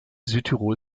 südtirol